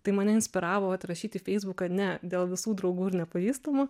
tai mane inspiravo vat rašyt į feisbuką ne dėl visų draugų ir nepažįstamų